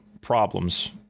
problems